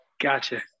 Gotcha